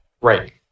right